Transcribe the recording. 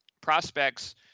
prospects